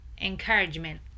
encouragement